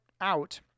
out